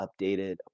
updated